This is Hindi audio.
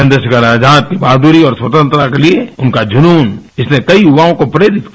चंद्रशेखर की बहादुरी और स्वतंत्रता के लिए उनका जुनून विसने कई युवाओं को प्रेरित किया